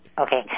Okay